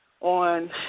on